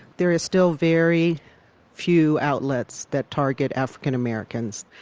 there is still very few outlets that target african americans.